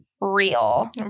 real